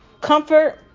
Comfort